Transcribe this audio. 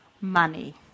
money